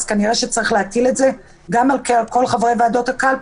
כנראה שצריך להטיל את זה גם על כל חברי ועדות הקלפי,